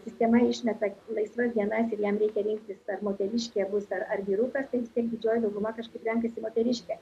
sistema išmeta laisvas dienas ir jam reikia rinktis ar moteriškė bus ar ar vyrukas tai vis tiek didžioji dauguma kažkaip renkasi moteriškę